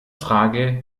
frage